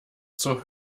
zur